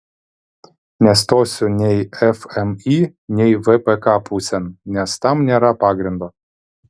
nestosiu nei fmį nei vpk pusėn nes tam nėra pagrindo